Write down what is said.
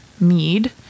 Mead